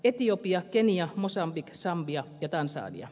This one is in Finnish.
etiopia kenia mosambik sambia ja tansania